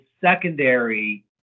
secondary